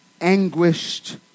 anguished